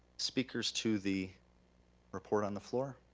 speakers to the report on the floor?